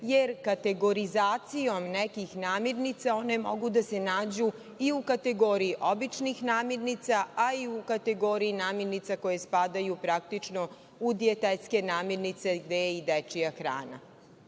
jer kategorizacijom nekih namirnica one mogu da se nađu i u kategoriji običnih namirnica, a i u kategoriji namirnica koje spadaju praktično u dijetetske namirnice gde je i dečija hrana.